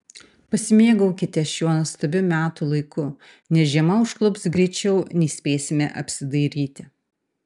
pasimėgaukite šiuo nuostabiu metų laiku nes žiema užklups greičiau nei spėsime apsidairyti